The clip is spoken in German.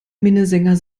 minnesänger